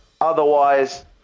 Otherwise